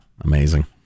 Amazing